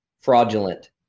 fraudulent